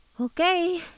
Okay